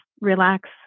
relax